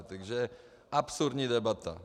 Takže absurdní debata!